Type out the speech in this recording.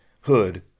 hood